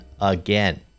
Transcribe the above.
again